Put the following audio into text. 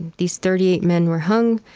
these thirty eight men were hung,